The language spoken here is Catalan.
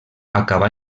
acabà